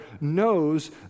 knows